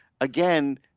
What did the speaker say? Again